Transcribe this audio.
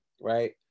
right